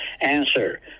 answer